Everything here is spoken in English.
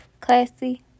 classy